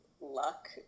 luck